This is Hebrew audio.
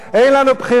אין לנו בחירה,